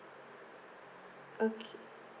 okay